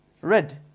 red